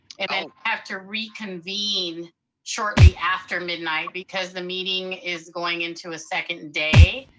and then have to reconvene shortly after midnight, because the meeting is going into a second day.